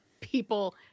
people